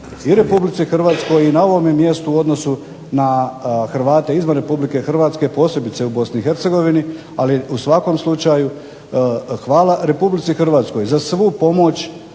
i Republici Hrvatskoj i na ovome mjestu u odnosu na Hrvate izvan Republike Hrvatske posebice u BiH ali u svakom slučaju hvala Republici Hrvatskoj za svu pomoć